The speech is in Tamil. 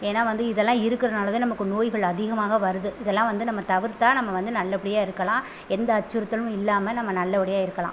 ஏன்னா வந்து இதெல்லாம் இருக்கிறனால தான் நமக்கு நோய்கள் அதிகமாக வருது இதெல்லாம் வந்து நம்ம தவிர்த்தால் நம்ம வந்து நல்லபடியாக இருக்கலாம் எந்த அச்சுறுத்தலும் இல்லாமல் நம்ம நல்லபடியாக இருக்கலாம்